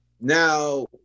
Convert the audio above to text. Now